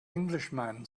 englishman